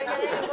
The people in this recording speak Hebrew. הישיבה ננעלה